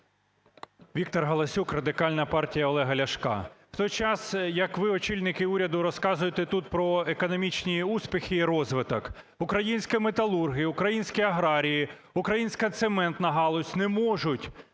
Віктор Галасюк, Радикальна партія Олега Ляшка. В той час як ви, очільники уряду, розказуєте тут про економічні успіхи і розвиток, українська металургія, українські аграрії, українська цементна галузь не можуть